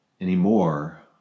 anymore